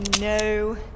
no